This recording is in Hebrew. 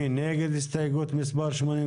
אנחנו נראה שהחוק מעודד בנייה בלתי חוקית,